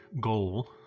goal